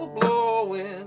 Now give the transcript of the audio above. blowing